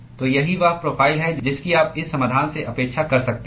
तो यही वह प्रोफ़ाइल है जिसकी आप इस समाधान से अपेक्षा कर सकते हैं